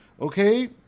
okay